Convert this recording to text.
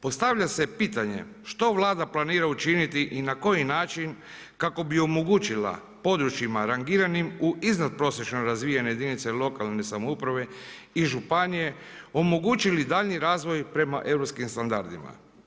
Postavlja se pitanje što Vlada planira učiniti i na koji način kako bi omogućila područjima rangiranim u iznad prosječno razvijene jedinice lokalne samouprave i županije omogućili daljnji razvoj prema europskim standardima.